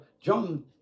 John